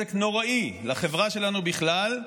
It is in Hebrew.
לנזק נוראי לחברה שלנו בכלל,